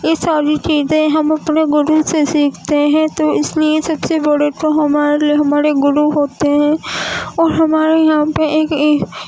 یہ ساری چیزیں ہم اپنے گرو سے سیکھتے ہیں تو اس لیے سب سے بڑے تو ہمارے لیے ہمارے گرو ہوتے ہیں اور ہمارے یہاں پہ ایک یہ